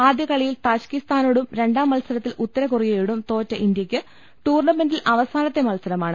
ആദ്യ കളിയിൽ താജ്കിസ്ഥാനോടും രണ്ടാം മത്സരത്തിൽ ഉത്തരകൊറിയയോടും തോറ്റ ഇന്ത്യക്ക് ടൂർണമെന്റിൽ അവസാനത്തെ മത്സരമാണ്